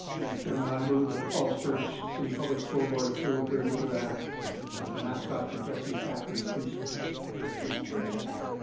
madam chairman i move that the falls church city public school board approve gertie giraffe as the mascot for jessie thackery preschool thank you is there a second?